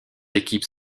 équipes